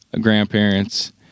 grandparent's